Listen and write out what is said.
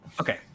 Okay